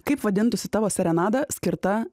kaip vadintųsi tavo serenada skirta